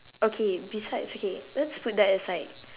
okay besides okay let's put that aside